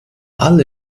alle